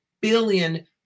billion